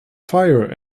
fire